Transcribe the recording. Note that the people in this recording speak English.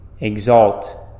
exalt